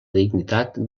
dignitat